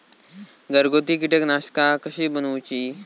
घरगुती कीटकनाशका कशी बनवूची?